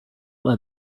let